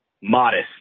modest